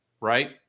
Right